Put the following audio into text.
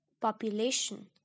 Population